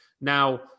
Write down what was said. now